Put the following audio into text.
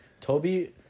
Toby